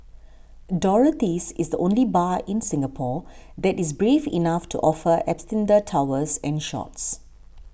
Dorothy's is the only bar in Singapore that is brave enough to offer Absinthe towers and shots